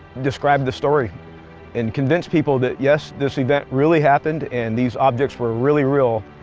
describe the story and convince people that yes, this event really happened and these objects were really real,